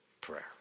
prayer